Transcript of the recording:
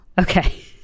Okay